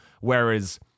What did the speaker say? Whereas